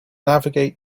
navigate